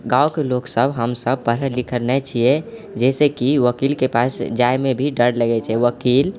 गाँवके लोग सब हमसब पढ़ल लिखल नहि छियै जइसे कि वकीलके पास जाइमे भी डर लगै छै वकील